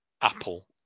Apple